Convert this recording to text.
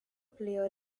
player